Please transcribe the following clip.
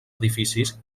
edificis